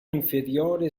inferiore